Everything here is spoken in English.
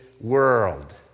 world